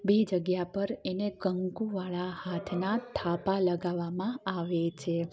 બે જગ્યા પર એને કંકુવાળા હાથના થાપા લગાવામાં આવે છે